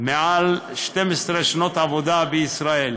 מעל 12 שנות עבודה בישראל,